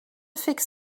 fix